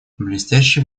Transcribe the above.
блестящие